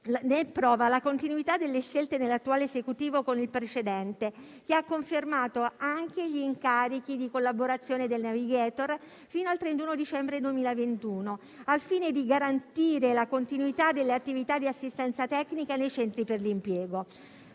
Ne è prova la continuità delle scelte dell'attuale Esecutivo con il precedente, che ha confermato anche gli incarichi di collaborazione dei *navigator* fino al 31 dicembre 2021, al fine di garantire la continuità delle attività di assistenza tecnica nei centri per l'impiego.